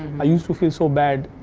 i used to feel so bad.